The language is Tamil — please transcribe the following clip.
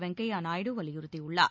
வெங்கைய நாயுடு வலியுறுத்தியுள்ளார்